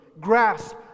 grasp